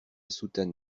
soutane